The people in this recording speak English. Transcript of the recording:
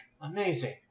Amazing